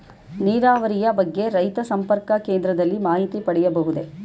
ನೀರಾವರಿಯ ಬಗ್ಗೆ ರೈತ ಸಂಪರ್ಕ ಕೇಂದ್ರದಲ್ಲಿ ಮಾಹಿತಿ ಪಡೆಯಬಹುದೇ?